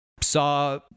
saw